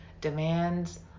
demands